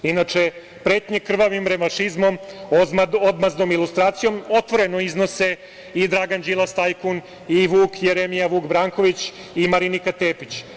Inače, pretnje krvavim revanšizmom, odmazdom, ilustracijom otvoreno iznose i Dragan Đilas tajkun i Vuk Jeremija Vuk Branković i Marinika Tepić.